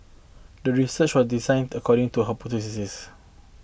the research was designed according to her hypothesis